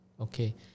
Okay